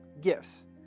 gifts